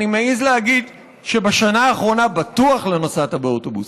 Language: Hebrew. אני מעז להגיד שבשנה האחרונה בטוח לא נסעת באוטובוס.